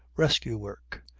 rescue work.